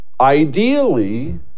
Ideally